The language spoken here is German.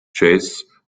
jazz